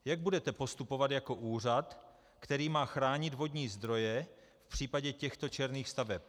Jak budete postupovat jako úřad, který má chránit vodní zdroje v případě těchto černých staveb?